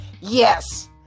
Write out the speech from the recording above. Yes